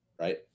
Right